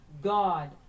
God